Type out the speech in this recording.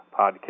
podcast